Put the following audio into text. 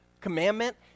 commandment